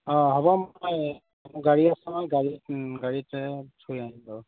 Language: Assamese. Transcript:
অঁ হ'ব মই গাড়ী এখনত গাড়ীতে থৈ আহিম বাৰু